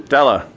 Della